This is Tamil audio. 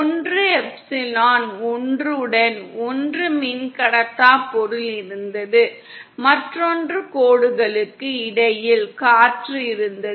ஒன்று எப்சிலன் 1 உடன் ஒரு மின்கடத்தா பொருள் இருந்தது மற்றொன்று கோடுகளுக்கு இடையில் காற்று இருந்தது